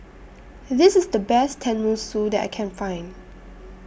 This IS The Best Tenmusu that I Can Find